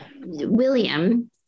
William